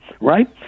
right